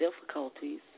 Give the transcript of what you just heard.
difficulties